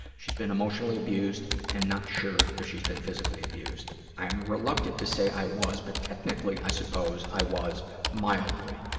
she's been emotionally abused and not sure if she's been physically abused. i am reluctant to say i was, but technically i suppose i was mildly.